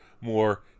more